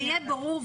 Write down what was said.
שיהיה ברור,